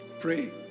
Pray